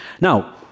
Now